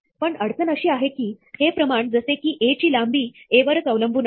पण अडचण अशी आहे की हे प्रमाण जसे की A ची लांबी A वरच अवलंबून आहे